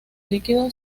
líquido